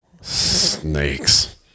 snakes